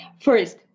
first